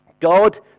God